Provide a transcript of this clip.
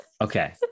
Okay